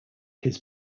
his